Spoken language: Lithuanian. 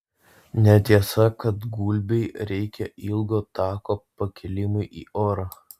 netiesa kad gulbei reikia ilgo tako pakilimui į orą